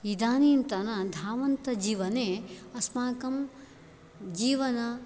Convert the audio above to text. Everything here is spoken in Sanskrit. इदानीन्तनधावन्तजीवने अस्माकं जीवन